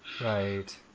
Right